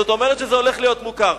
זאת אומרת שזה הולך להיות מוכר.